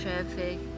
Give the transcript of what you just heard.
traffic